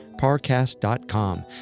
parcast.com